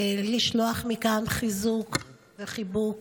כדי לשלוח מכאן חיזוק וחיבוק